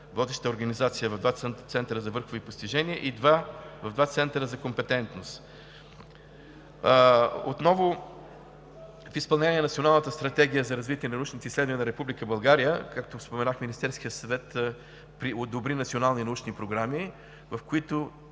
водеща организация и в два центъра за компетентност. Отново в изпълнение на Националната стратегия за развитие на научните изследвания на Република България, както споменах, Министерският съвет одобри национални научни програми, в четири